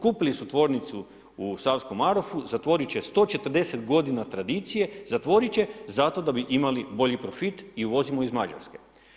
Kupili su tvornicu u Savskom Marofu, zatvorit će 140 godina tradicije, zatvoriti će zato da bi imali bolji profit i uvozimo iz Mađarske.